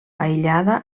aïllada